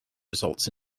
results